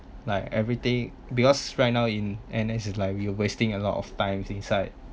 like everything because right now in N_S it's like we're wasting a lot of time inside